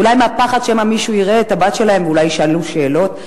אולי מהפחד שמא מישהו יראה את הבת שלהם ואולי ישאלו שאלות.